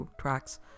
tracks